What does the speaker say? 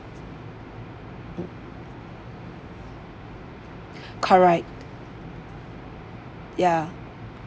correct ya